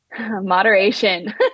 moderation